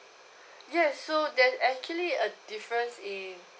yes so there's actually a difference in